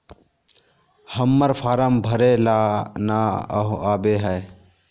हम्मर फारम भरे ला न आबेहय?